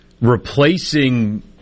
replacing